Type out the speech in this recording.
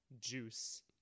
juice